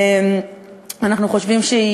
אנחנו חושבים,